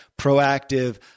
proactive